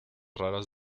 raras